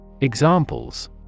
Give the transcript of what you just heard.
Examples